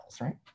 right